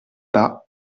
pas